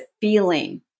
feeling